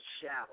shadow